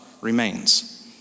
remains